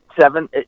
seven